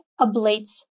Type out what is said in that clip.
ablates